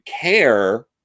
care